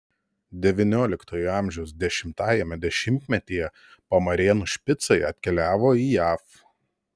devynioliktojo amžiaus dešimtajame dešimtmetyje pamarėnų špicai atkeliavo į jav